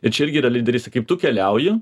čia irgi yra lydeystė kaip tu keliauji